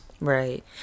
right